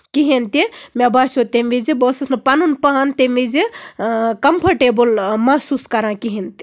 کِہینۍ تہِ مےٚ باسیو تَمہِ وِزِ بہٕ اوسُس نہٕ پَنُن پان تَمہِ وِزِ کَمفٲٹیبٔل مَحسوٗس کران کِہینۍ نہِ